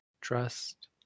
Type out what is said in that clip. trust